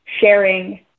sharing